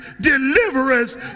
deliverance